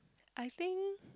I think